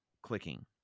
clicking